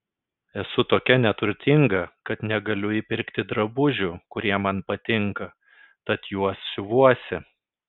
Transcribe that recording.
esu tokia neturtinga kad negaliu įpirkti drabužių kurie man patinka tad juos siuvuosi